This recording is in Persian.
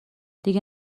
دیگه